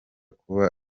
kuba